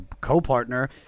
co-partner